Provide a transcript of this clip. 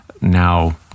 now